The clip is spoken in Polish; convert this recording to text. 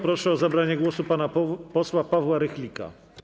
Proszę o zabranie głosu pana posła Pawła Rychlika.